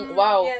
wow